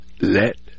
Let